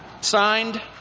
Signed